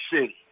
City